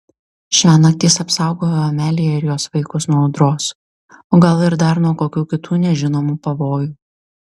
šiąnakt jis apsaugojo ameliją ir jos vaikus nuo audros o gal ir dar nuo kokių kitų nežinomų pavojų